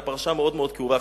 הפרשה המאוד-מאוד כאובה,